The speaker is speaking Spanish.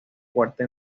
fuerte